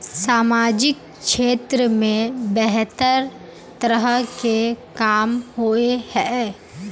सामाजिक क्षेत्र में बेहतर तरह के काम होय है?